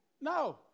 No